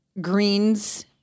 greens